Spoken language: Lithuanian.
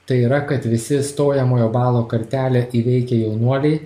tai yra kad visi stojamojo balo kartelę įveikę jaunuoliai